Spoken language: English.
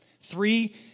Three